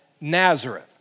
Nazareth